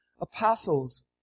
apostles